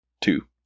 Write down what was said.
two